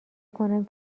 کنم